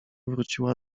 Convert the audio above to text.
wróciła